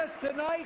tonight